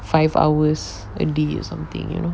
five hours a day or something you know